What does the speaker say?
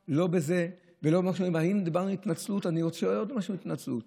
דיברנו על התנצלות, אני רוצה עוד משהו על התנצלות.